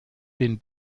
den